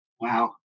Wow